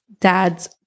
dad's